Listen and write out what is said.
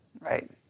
right